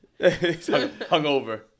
hungover